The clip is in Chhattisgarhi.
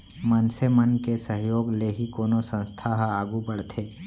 मनसे मन के सहयोग ले ही कोनो संस्था ह आघू बड़थे